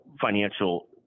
financial